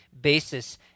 basis